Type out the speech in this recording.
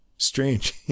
Strange